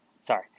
sorry